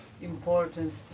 importance